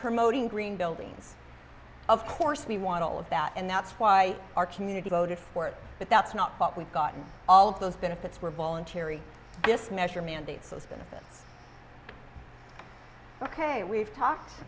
promoting green buildings of course we want all of that and that's why our community voted for it but that's not what we've gotten all of those benefits were voluntary this measure mandates those benefits ok we've talked